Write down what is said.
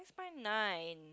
nine